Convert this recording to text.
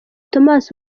thomas